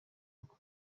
uko